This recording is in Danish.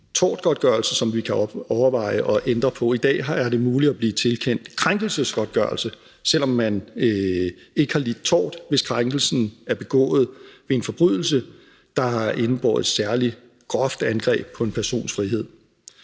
tortgodtgørelse, og som vi kan overveje at ændre på. I dag er det muligt at blive tilkendt krænkelsesgodtgørelse, selv om man ikke har lidt tort, hvis krænkelsen er begået ved en forbrydelse, der indgår i et særlig groft angreb på en persons frihed.